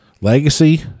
Legacy